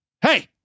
Hey